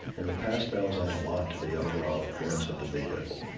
and the pastels add a lot to the overall appearance of the vehicle.